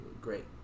Great